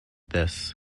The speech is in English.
this